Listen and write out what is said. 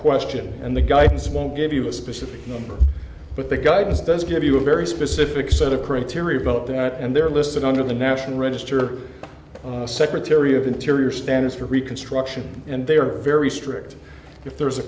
question and the guidance won't give you a specific number but the guidance does give you a very specific set of criteria about that and they're listed under the national register the secretary of interior standards for reconstruction and they are very strict if there